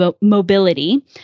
mobility